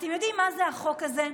אתם יודעים מה זה החוק הזה?